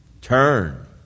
Turn